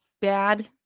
Bad